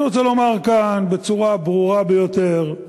אני רוצה לומר כאן בצורה הברורה ביותר,